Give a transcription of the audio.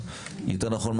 או יותר נכון,